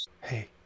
Hey